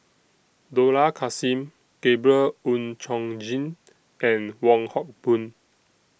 Dollah Kassim Gabriel Oon Chong Jin and Wong Hock Boon